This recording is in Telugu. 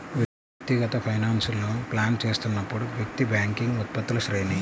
వ్యక్తిగత ఫైనాన్స్లను ప్లాన్ చేస్తున్నప్పుడు, వ్యక్తి బ్యాంకింగ్ ఉత్పత్తుల శ్రేణి